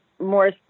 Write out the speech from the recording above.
more